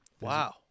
Wow